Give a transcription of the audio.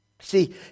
See